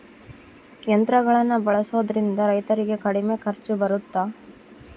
ಯಂತ್ರಗಳನ್ನ ಬಳಸೊದ್ರಿಂದ ರೈತರಿಗೆ ಕಡಿಮೆ ಖರ್ಚು ಬರುತ್ತಾ?